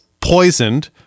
poisoned –